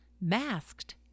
masked